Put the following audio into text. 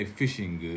fishing